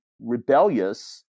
rebellious